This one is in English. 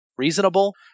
Reasonable